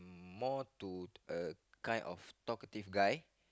more to uh kind of talkative guy